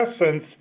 essence